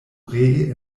ree